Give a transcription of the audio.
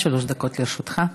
עד שלוש דקות לרשותך.